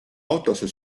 autosse